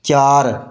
ਚਾਰ